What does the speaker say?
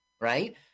right